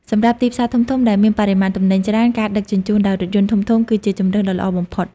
សម្រាប់ទីផ្សារធំៗដែលមានបរិមាណទំនិញច្រើន ការដឹកជញ្ជូនដោយរថយន្តធំៗគឺជាជម្រើសដ៏ល្អបំផុត។